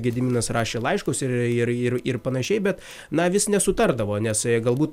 gediminas rašė laiškus ir ir ir ir panašiai bet na vis nesutardavo nes galbūt